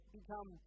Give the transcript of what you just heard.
become